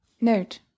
Note